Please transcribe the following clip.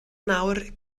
nawr